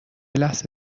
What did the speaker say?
لحظه